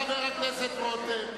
אתה ממשיך להתחייב, תודה לחבר הכנסת רותם.